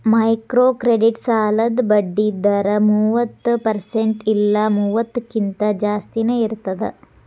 microcredit ಸಾಲದ್ ಬಡ್ಡಿ ದರ ಮೂವತ್ತ ಪರ್ಸೆಂಟ್ ಇಲ್ಲಾ ಮೂವತ್ತಕ್ಕಿಂತ ಜಾಸ್ತಿನಾ ಇರ್ತದ